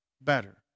better